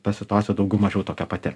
ta situacija daugiau mažiau tokia pati